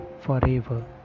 forever